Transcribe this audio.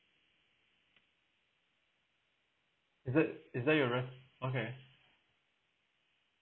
is it is that your rest okay